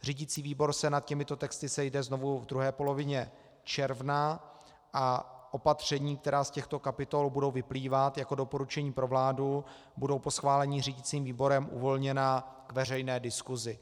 Řídicí výbor se nad těmito texty sejde znovu v druhé polovině června a opatření, která z těchto kapitol budou vyplývat jako doporučení pro vládu, budou po schválení řídicím výborem uvolněna k veřejné diskusi.